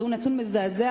זהו נתון מזעזע,